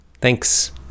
Thanks